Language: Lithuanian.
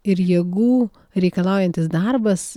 ir jėgų reikalaujantis darbas